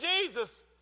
Jesus